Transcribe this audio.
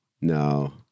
No